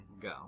Go